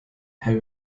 have